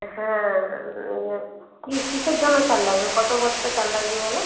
হ্যাঁ কী কীসের জন্য চাল লাগবে কত বস্তা চাল লাগবে বলো